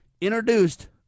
Introduced